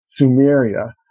Sumeria